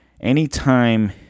Anytime